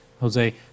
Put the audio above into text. Jose